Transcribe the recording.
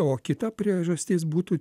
o kita priežastis būtų